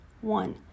one